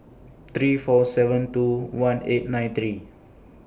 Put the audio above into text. three four seven two one eight nine three